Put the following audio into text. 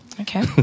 okay